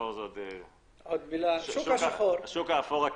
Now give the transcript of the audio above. אפור כהה.